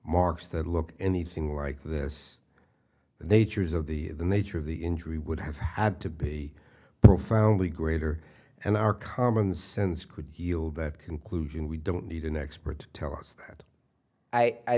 marks that look anything like this the natures of the nature of the injury would have had to be profoundly greater and our common sense could yield that conclusion we don't need an expert to tell us that i